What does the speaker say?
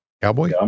Cowboy